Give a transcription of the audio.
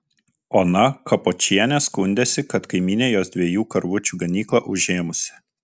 ona kapočienė skundėsi kad kaimynė jos dviejų karvučių ganyklą užėmusi